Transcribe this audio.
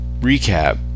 recap